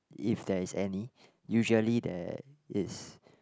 if there's any usually there is